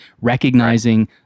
recognizing